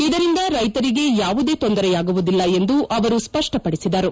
ಇದರಿಂದ ಕ್ಲೆತರಿಗೆ ಯಾವುದೇ ತೊಂದರೆ ಆಗುವುದಿಲ್ಲ ಎಂದು ಅವರು ಸ್ಪಷ್ಪಪಡಿಸಿದರು